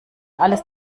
alles